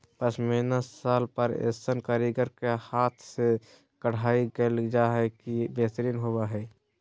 पश्मीना शाल पर ऐसन कारीगर के हाथ से कढ़ाई कयल जा हइ जे बेहतरीन होबा हइ